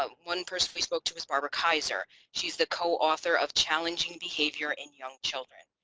ah one person we spoke to is barbara kaiser. she's the co-author of challenging behavior in young children.